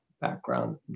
background